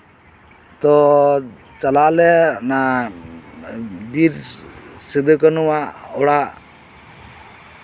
ᱛᱳ ᱪᱟᱞᱟᱜ ᱟᱞᱮ ᱵᱤᱨ ᱥᱤᱫᱩ ᱠᱟᱱᱦᱩ ᱟᱜ ᱚᱲᱟᱜ